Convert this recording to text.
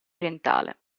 orientale